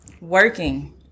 working